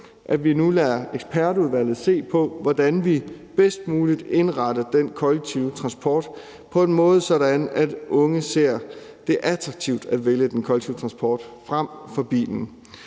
at vi nu lader ekspertudvalget se på, hvordan vi bedst muligt indretter den kollektive transport på en måde, sådan at unge ser det som værende attraktivt at vælge den kollektive transport frem for bilen.